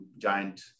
giant